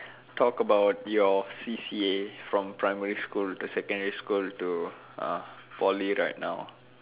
talk about your C_C_A from primary school to secondary school to uh Poly right now